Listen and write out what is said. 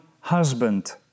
husband